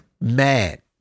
mad